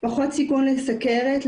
פחות סיכון לסוכרת,